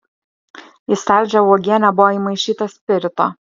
į saldžią uogienę buvo įmaišyta spirito